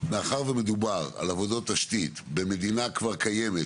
מאחר ומדובר על עבודות תשתית במדינה קיימת,